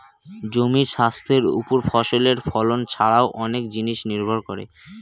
জমির স্বাস্থ্যের ওপর ফসলের ফলন ছারাও অনেক জিনিস নির্ভর করে